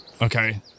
Okay